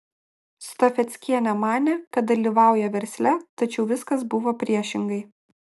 stafeckienė manė kad dalyvauja versle tačiau viskas buvo priešingai